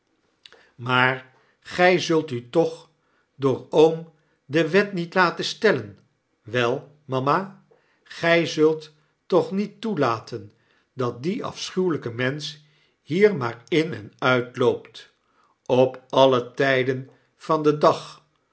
maar gjj zult u toch door oom de wet niet laten stellen wel mama gfl zult toch niet toelaten dat die afschuweljjke mensch hier maar in en uitloopt op alle tyden van den dag